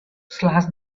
slash